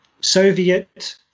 Soviet